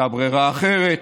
הייתה ברירה אחרת.